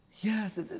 Yes